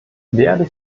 werde